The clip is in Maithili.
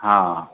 हँ